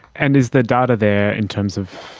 and is there data there in terms of,